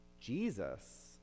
Jesus